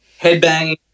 headbanging